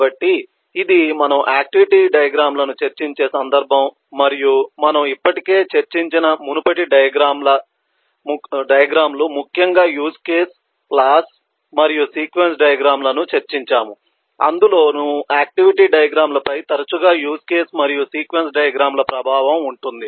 కాబట్టి ఇది మనము ఆక్టివిటీ డయాగ్రమ్ లను చర్చించే సందర్భం మరియు మనము ఇప్పటికే చర్చించిన మునుపటి డయాగ్రమ్ లు ముఖ్యంగా యూజ్ కేస్ క్లాస్ మరియు సీక్వెన్స్ డయాగ్రమ్ లను చర్చించాము అందులోను ఆక్టివిటీ డయాగ్రమ్ లపై తరచుగా యూజ్ కేసు మరియు సీక్వెన్స్ డయాగ్రమ్ ప్రభావం ఉంటుంది